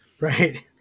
Right